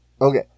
okay